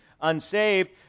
unsaved